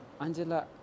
Angela